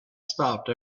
stopped